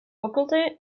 faculty